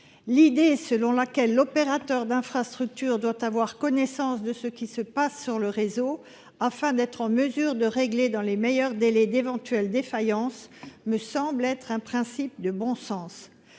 L'idée selon laquelle l'opérateur d'infrastructure doit avoir connaissance de ce qui se passe sur le réseau afin d'être en mesure de régler dans les meilleurs délais d'éventuelles défaillances me semble être un principe de bon sens.